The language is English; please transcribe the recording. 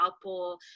Apple